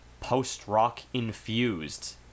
post-rock-infused